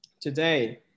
today